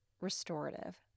restorative